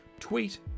tweet